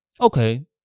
okay